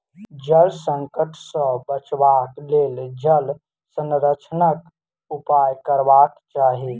जल संकट सॅ बचबाक लेल जल संरक्षणक उपाय करबाक चाही